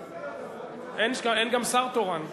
אין גם שר תורן.